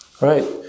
Right